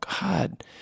God